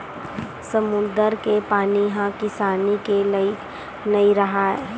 समुद्दर के पानी ह किसानी के लइक नइ राहय